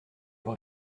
vous